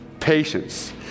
patience